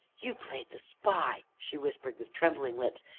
you played the spy! she whispered with trembling lips,